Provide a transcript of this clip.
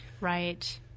Right